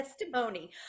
testimony